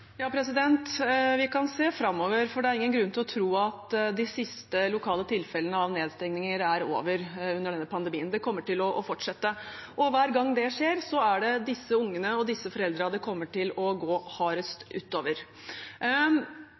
vi kan se framover, for det er ingen grunn til å tro at de siste lokale tilfellene av nedstengninger er over under denne pandemien, det kommer til å fortsette. Hver gang det skjer, er det disse ungene og disse foreldrene det kommer til å gå hardest